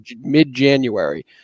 mid-January